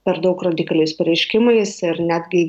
per daug radikaliais pareiškimais ir netgi